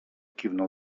kiwnął